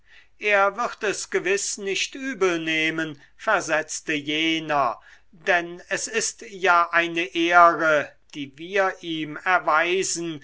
er wird es gewiß nicht übel nehmen versetzte jener denn es ist ja eine ehre die wir ihm erweisen